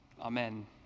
Amen